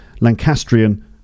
lancastrian